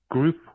Group